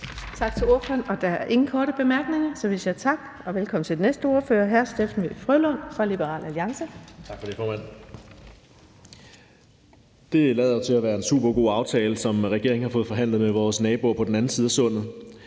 Tak til ordføreren. Der er ingen korte bemærkninger. Så siger vi velkommen til den næste ordfører, hr. Steffen W. Frølund fra Liberal Alliance. Kl. 15:09 (Ordfører) Steffen W. Frølund (LA): Tak for det, formand. Det lader til at være en super god aftale, som regeringen har forhandlet på plads med vores naboer på den anden side af Sundet.